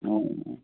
ꯑꯣ